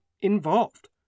involved